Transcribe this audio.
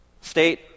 State